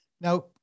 Now